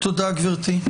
תודה, גברתי.